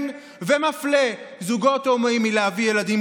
ומפלה זוגות הומואים מלהביא ילדים,